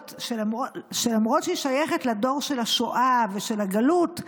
שלמרות שהיא שייכת לדור של השואה ושל הגלות,